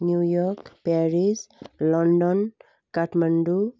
New York Paris London Kathmandu